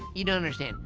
you don't understand.